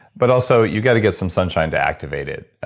but also, you got to get some sunshine to activate it,